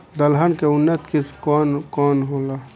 दलहन के उन्नत किस्म कौन कौनहोला?